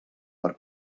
per